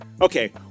Okay